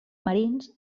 marins